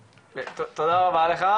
תודה רבה לך.